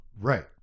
Right